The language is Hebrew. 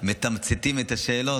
מתמצתים את השאלות,